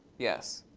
yes.